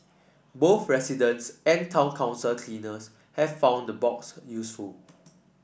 both residents and town council cleaners have found the box useful